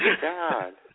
God